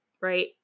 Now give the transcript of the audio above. Right